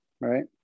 Right